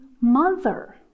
mother